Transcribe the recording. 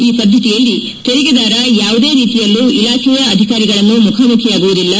ಈ ಪದ್ಧತಿಯಲ್ಲಿ ತೆರಿಗೆದಾರ ಯಾವುದೇ ರೀತಿಯಲ್ಲೂ ಇಲಾಖೆಯ ಅಧಿಕಾರಿಗಳನ್ನು ಮುಖಾಮುಖಿಯಾಗುವುದಿಲ್ಲ